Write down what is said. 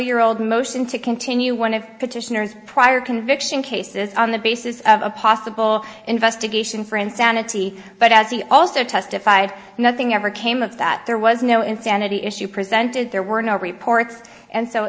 year old motion to continue one of petitioners prior conviction cases on the basis of a possible investigation for insanity but as he also testified nothing ever came of that there was no insanity issue presented there were no reports and so